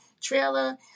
trailer